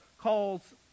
calls